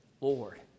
Lord